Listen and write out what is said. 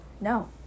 No